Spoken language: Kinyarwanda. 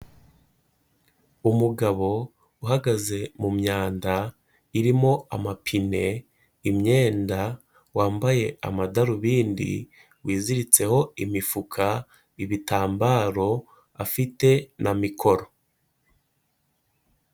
Umugabo uhagaze mu myanda irimo amapine, imyenda wambaye amadarubindi wiziritseho imifuka, ibitambaro afite na mikoro.